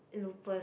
loopers